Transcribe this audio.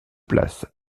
places